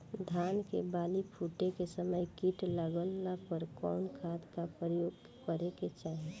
धान के बाली फूटे के समय कीट लागला पर कउन खाद क प्रयोग करे के चाही?